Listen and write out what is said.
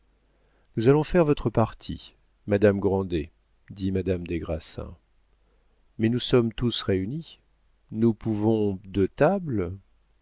nous allons faire votre partie madame grandet dit madame des grassins mais nous sommes tous réunis nous pouvons deux tables